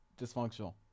dysfunctional